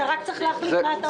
אתה רק צריך להחליט מה אתה עושה.